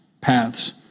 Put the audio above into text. paths